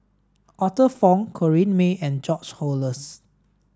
Arthur Fong Corrinne May and George Oehlers